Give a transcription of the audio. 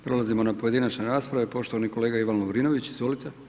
Prelazimo na pojedinačne rasprave, poštovani kolega Ivan Lovrinović, izvolite.